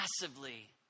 massively